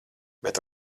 bet